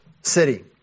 city